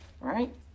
right